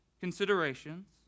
considerations